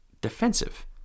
defensive